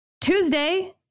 Tuesday